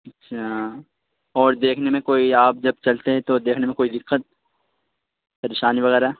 اچھا اور دیکھنے میں کوئی آپ جب چلتے ہیں تو دیکھنے میں کوئی دقت پریشانی وغیرہ